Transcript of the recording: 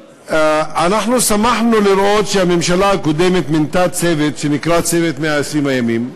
אנחנו שמחנו לראות שהממשלה הקודמת מינתה צוות שנקרא "צוות 120 הימים",